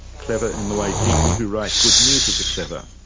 clever in the way people who write good music are clever.